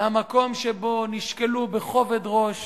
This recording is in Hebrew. מהמקום שבו נשקלו בכובד ראש